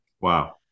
Wow